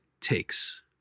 takes